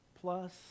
plus